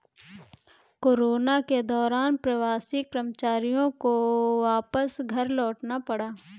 corona के दौरान प्रवासी कर्मचारियों को वापस घर लौटना पड़ा